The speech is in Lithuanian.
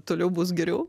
toliau bus geriau